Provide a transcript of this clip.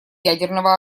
ядерного